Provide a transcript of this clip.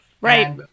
right